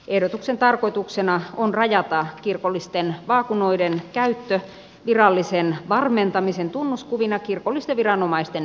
ehdotuksen tarkoituksena on rajata kirkollisten vaakunoiden käyttö virallisen varmentamisen tunnuskuvina kirkollisten viranomaisten yksinoikeudeksi